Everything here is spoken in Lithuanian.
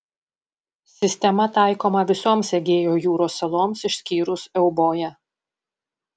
sistema taikoma visoms egėjo jūros saloms išskyrus euboją